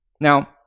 Now